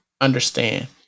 Understand